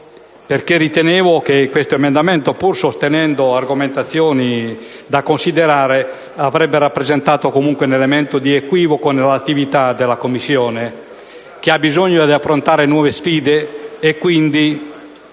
infatti che questo emendamento, pur sostenendo argomentazioni da considerare, avrebbe rappresentato un elemento di equivoco nell'attività della Commissione, che ha bisogno di approntare nuove sfide e, quindi,